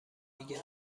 دیگه